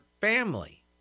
family